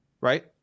right